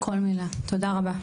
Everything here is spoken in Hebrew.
כל מילה תודה רבה.